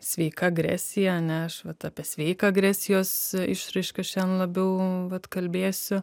sveika agresija ane aš vat apie sveiką agresijos išraišką šiandien labiau vat kalbėsiu